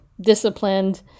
disciplined